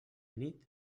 nit